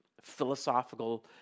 philosophical